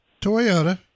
Toyota